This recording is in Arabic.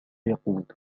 يقود